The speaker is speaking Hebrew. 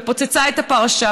ופוצצה את הפרשה.